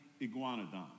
Iguanodon